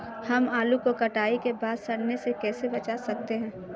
हम आलू को कटाई के बाद सड़ने से कैसे बचा सकते हैं?